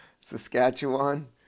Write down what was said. Saskatchewan